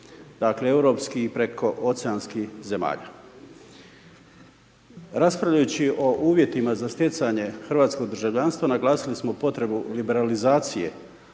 drugih europskih i prekooceanskih zemalja. Raspravljajući o uvjetima za stjecanje hrvatskog državljanstva, naglasili smo potrebu liberalizacije,